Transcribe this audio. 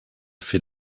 fait